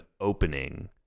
opening